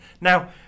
now